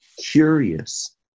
curious